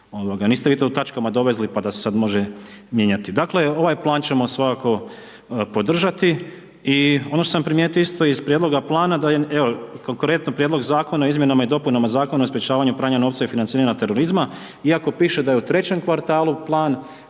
niste vi to u tačkama dovezli pa da se sad može mijenjati. Dakle ovaj plan ćemo svakako podržati. I ono što sam primijetio isto iz prijedloga plana da je, evo konkretno Prijedlog zakona o Izmjenama i dopunama Zakona o sprječavanju pranja novca i finaciranja terorizma iako piše da je u trećem kvartalu plan,